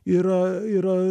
yra yra